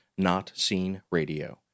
notseenradio